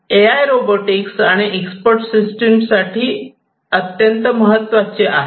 ए I रोबोटिक्सआणि expert system साठी अत्यंत महत्वाचे आहे